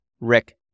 Rick